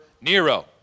Nero